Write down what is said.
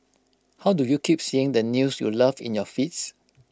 how do you keep seeing the news you love in your feeds